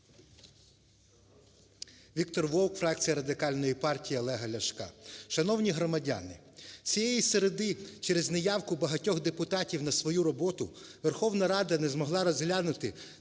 Віктор Вовк, фракція Радикальної партії Олега Ляшка. Шановні громадяни, цієї середи через неявку багатьох депутатів на свою роботу Верховна Рада не змогла розглянути